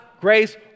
grace